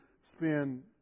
spend